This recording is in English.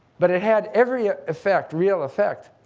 but it had every ah effect, real effect,